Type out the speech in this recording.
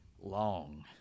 Long